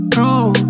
True